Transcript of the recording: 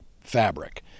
fabric